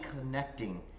connecting